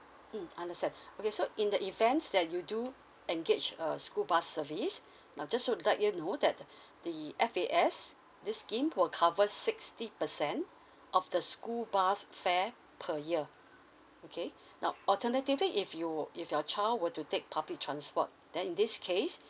mm understand okay so in the event that you do engage a school bus service now just like to let you know that the F_A_S this scheme will covers sixty percent of the school bus fare per year okay now alternatively if you would if your child were to take public transport then in this case